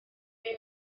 bum